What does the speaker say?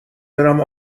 برم